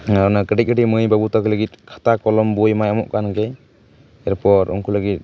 ᱚᱱᱮ ᱠᱟᱹᱴᱤᱡ ᱠᱟᱹᱴᱤᱡ ᱢᱟᱹᱭ ᱵᱟᱹᱵᱩ ᱛᱟᱠᱚ ᱞᱟᱹᱜᱤᱫ ᱠᱷᱟᱛᱟ ᱠᱚᱞᱚᱢ ᱵᱳᱹᱭ ᱢᱟᱭ ᱮᱢᱚᱜ ᱠᱟᱱ ᱜᱮ ᱮᱨ ᱯᱚᱨ ᱩᱱᱠᱩ ᱞᱟᱹᱜᱤᱫ